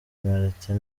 martin